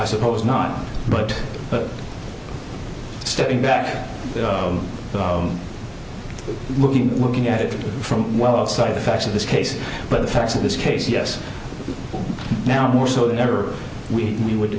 i suppose not but but stepping back and looking looking at it from well outside the facts of this case but the facts of this case yes now more so than ever we we would